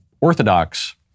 orthodox